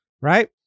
Right